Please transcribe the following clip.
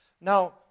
Now